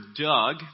Doug